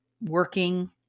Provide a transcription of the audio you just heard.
working